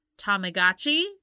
Tamagotchi